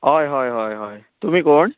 हय हय हय हय तुमी कोण